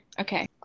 Okay